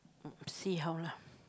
see how lah